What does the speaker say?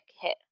hit